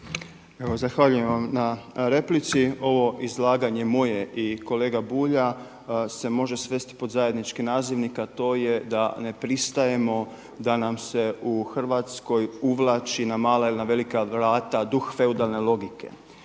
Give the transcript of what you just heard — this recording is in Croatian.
Evo zahvaljujem vam na replici. Ovo izlaganje moje i kolega Bulja se može svesti pod zajednički nazivnik, a to je da ne pristajemo da nam se u Hrvatskoj uvlači na mala ili velika vrata duh feudalne logike.